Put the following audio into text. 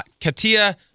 Katia